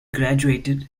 graduated